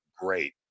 great